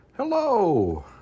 Hello